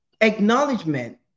acknowledgement